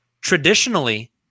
Traditionally